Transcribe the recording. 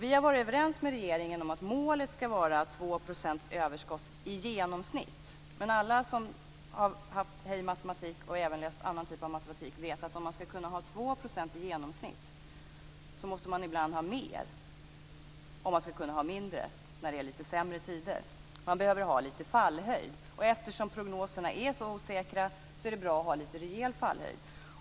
Vi har varit överens med regeringen om att målet ska vara 2 % överskott i genomsnitt. Men alla som har haft Hej matematik och även läst annan typ av matematik vet att om man ska kunna ha 2 % överskott i genomsnitt, så måste man ibland ha mer för att kunna ha mindre när det är lite sämre tider - man behöver ha lite fallhöjd. Eftersom prognoserna är så osäkra, är det bra att ha lite rejäl fallhöjd.